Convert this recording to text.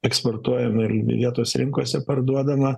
eksportuojama ir vietos rinkose parduodama